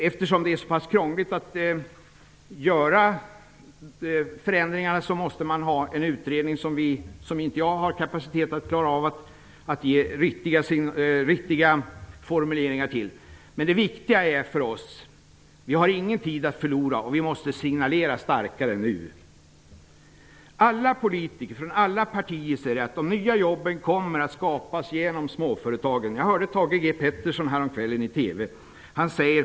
Eftersom det är så pass krångligt att genomföra förändringar måste man ha en utredning som inte jag har kapacitet att ge riktiga formuleringar till. Det viktiga för oss är: Vi har ingen tid att förlora, och vi måste signalera starkare än nu. Alla politiker från alla partier säger att de nya jobben kommer att skapas genom småföretagen. Jag hörde häromkvällen i TV Thage G Peterson.